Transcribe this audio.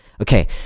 okay